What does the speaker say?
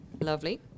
Lovely